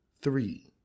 three